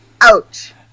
ouch